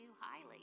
highly